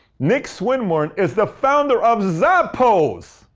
nick swinmurn is the founder of zappos!